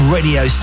Radio